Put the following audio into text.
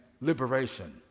liberation